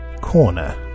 Corner